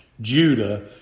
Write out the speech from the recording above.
Judah